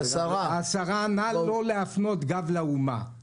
זה נכון לגבי